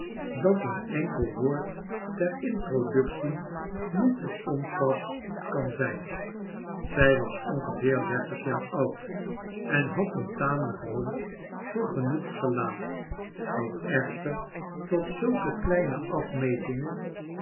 dat een enkel woord ter introductie niet te onpas kan zijn zij was ongeveer dertig jaar oud en had een tamelijk rond vergenoegd gelaat dat echter tot zulke kledne afmetingen